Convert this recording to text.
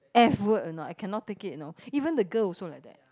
F word you know I cannot take it you know even the girl also like that